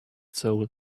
soul